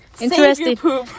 interesting